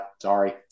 Sorry